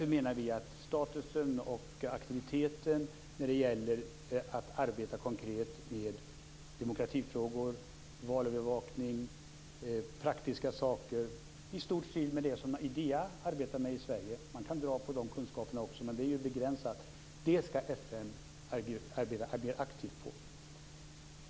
Vi vill därför höja statusen och aktiviteten i det konkreta arbetet med demokratifrågor, valövervakning och praktiska saker, i stort sett i stil med det som Idea arbetar med i Sverige men med mera begränsad inriktning. Detta skall FN arbeta aktivt för.